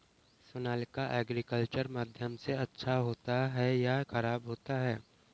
Sonalika agriculture माध्यम से अच्छा होता है या ख़राब होता है?